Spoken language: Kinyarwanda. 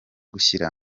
gushyira